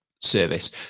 service